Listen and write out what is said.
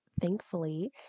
thankfully